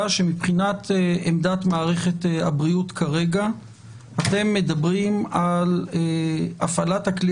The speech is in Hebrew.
שמבחינת עמדת מערכת הבריאות כרגע אתם מדברים על הפעלת הכלי